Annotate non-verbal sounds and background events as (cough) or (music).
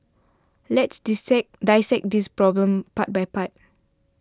let's (unintelligible) dissect this problem part by part